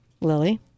Lily